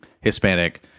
Hispanic